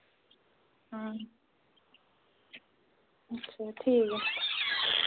ठीक ऐ